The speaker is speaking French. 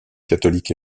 catholique